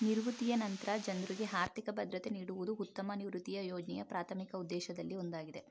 ನಿವೃತ್ತಿಯ ನಂತ್ರ ಜನ್ರುಗೆ ಆರ್ಥಿಕ ಭದ್ರತೆ ನೀಡುವುದು ಉತ್ತಮ ನಿವೃತ್ತಿಯ ಯೋಜ್ನೆಯ ಪ್ರಾಥಮಿಕ ಉದ್ದೇಶದಲ್ಲಿ ಒಂದಾಗಿದೆ